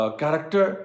character